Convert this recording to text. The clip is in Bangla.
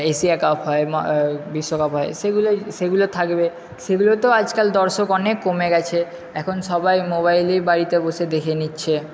এশিয়া কাপ হয় বিশ্বকাপ হয় সেগুলোই সেগুলো থাকবে সেগুলোতেও আজকাল দর্শক অনেক কমে গেছে এখন সবাই মোবাইলেই বাড়িতে বসে দেখে নিচ্ছে